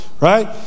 right